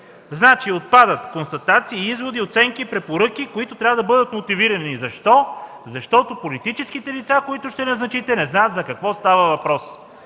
Значи отпадат „констатации, изводи, оценки и препоръки, които трябва да бъдат мотивирани”. Защо? Защото политическите лица, които ще назначите, не знаят за какво става въпрос.